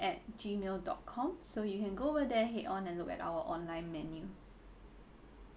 at gmail dot com so you can go over there head on and look at our online menu